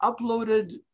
uploaded